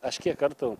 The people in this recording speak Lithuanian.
aš kiek kartų